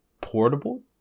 portable